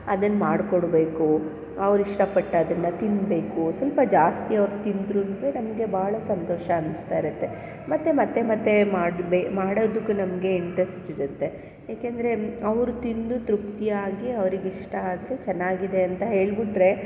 ಅದನ್ನು ಮಾಡಿಕೊಡ್ಬೇಕು ಅವ್ರು ಇಷ್ಟಪಟ್ಟು ಅದನ್ನು ತಿನ್ನಬೇಕು ಸ್ವಲ್ಪ ಜಾಸ್ತಿ ಅವರು ತಿಂದ್ರೂನು ನಮಗೆ ಭಾಳ ಸಂತೋಷ ಅನಿಸ್ತಾಯಿರತ್ತೆ ಮತ್ತು ಮತ್ತೆ ಮತ್ತೆ ಮಾಡ್ಬೇ ಮಾಡೋದಕ್ಕೂ ನಮಗೆ ಇಂಟ್ರೆಸ್ಟಿರುತ್ತೆ ಏಕೆಂದರೆ ಅವರು ತಿಂದು ತೃಪ್ತಿಯಾಗಿ ಅವರಿಗಿಷ್ಟ ಆಗಿ ಚೆನ್ನಾಗಿದೆ ಅಂತ ಹೇಳ್ಬಿಟ್ರೆ